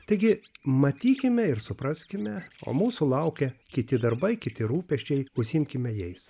taigi matykime ir supraskime o mūsų laukia kiti darbai kiti rūpesčiai užsiimkime jais